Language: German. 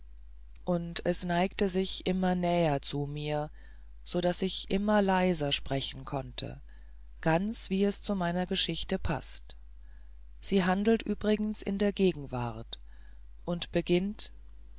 und es neigte sich immer näher zu mir so daß ich immer leiser sprechen konnte ganz wie es zu meiner geschichte paßt sie handelt übrigens in der gegenwart und beginnt